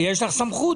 יש לך סמכות,